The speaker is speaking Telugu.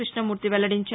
కృష్ణమూర్తి వెల్లడించారు